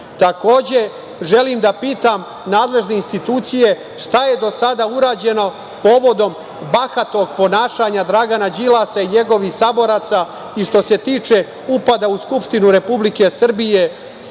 džepove? Takođe, želim da pitam nadležne institucije, šta je do sada urađeno povodom bahatog ponašanja Dragana Đilasa i njegovih saboraca što se tiče upada u Skupštinu Republike Srbije